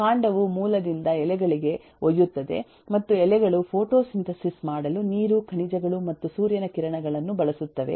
ಕಾಂಡವು ಮೂಲದಿಂದ ಎಲೆಗಳಿಗೆ ಒಯ್ಯುತ್ತದೆ ಮತ್ತು ಎಲೆಗಳು ಫೋಟೋಸಿಂಥೆಸಿಸ್ ಮಾಡಲು ನೀರು ಖನಿಜಗಳು ಮತ್ತು ಸೂರ್ಯನ ಕಿರಣಗಳನ್ನು ಬಳಸುತ್ತವೆ